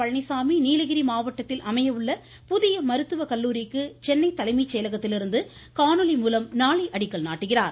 பழனிசாமி நீலகிரி மாவட்டத்தில் புதிய மருத்துவ கல்லூரிக்கு சென்னை தலைமை செயலகத்திலிருந்து காணொலி மூலம் நாளை அடிக்கல் நாட்டுகிறார்